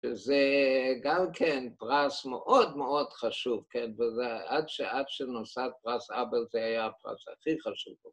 ‫וזה גם כן פרס מאוד מאוד חשוב, ‫עד שנוסף פרס אבל, ‫זה היה הפרס הכי חשוב פה.